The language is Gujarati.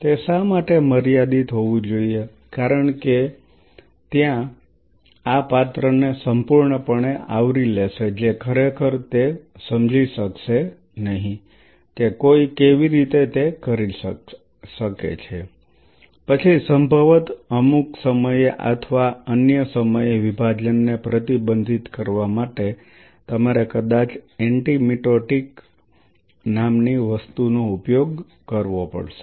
તે શા માટે મર્યાદિત હોવું જોઈએ કારણ કે અન્યથા આ પાત્ર ને સંપૂર્ણપણે આવરી લેશે જે ખરેખર તે સમજી શકશે નહીં કે કોઈ કેવી રીતે તે કરી શકે છે પછી સંભવત અમુક સમયે અથવા અન્ય સમયે વિભાજનને પ્રતિબંધિત કરવા માટે તમારે કદાચ એન્ટી મિટોટિક નામની વસ્તુનો ઉપયોગ કરવો પડશે